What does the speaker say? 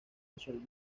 nacional